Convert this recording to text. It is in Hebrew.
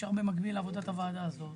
אפשר במקביל לעבודת הוועדה הזאת